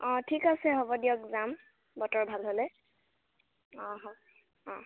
অঁ ঠিক আছে হ'ব দিয়ক যাম বতৰ ভাল হ'লে অঁ হ' অঁ